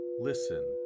listen